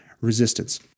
resistance